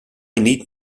need